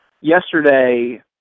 yesterday